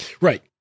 Right